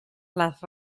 las